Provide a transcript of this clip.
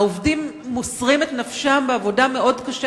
העובדים מוסרים את נפשם בעבודה מאוד קשה